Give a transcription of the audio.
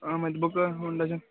ಹಾಂ ಮತ್ತು book one dozen